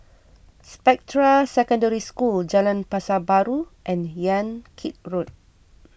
Spectra Secondary School Jalan Pasar Baru and Yan Kit Road